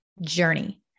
journey